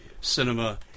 Cinema